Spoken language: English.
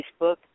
Facebook